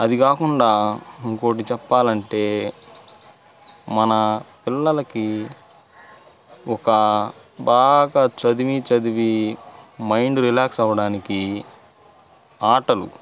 అది కాకుండా ఇంకోటి చెప్పాలి అంటే మన పిల్లలకి ఒక బాగా చదివి చదివి మైండ్ రిలాక్స్ అవ్వడానికి ఆటలు